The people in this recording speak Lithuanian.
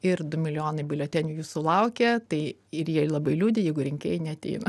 ir du milijonai biuletenių jūsų laukia tai ir jie labai liūdi jeigu rinkėjai neateina